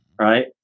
right